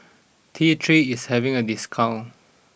T three is having a discount